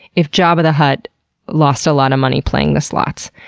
if jabba the hutt lost a lot of money playing the slots.